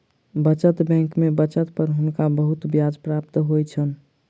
बचत बैंक में बचत पर हुनका बहुत ब्याज प्राप्त होइ छैन